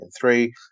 Three